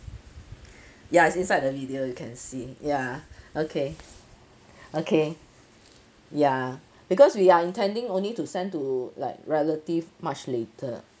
ya it's inside the video you can see ya okay okay ya because we are intending only to send to like relative much later